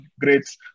greats